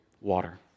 Water